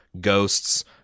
ghosts